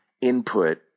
input